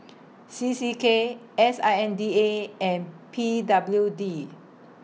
C C K S I N D A and P W D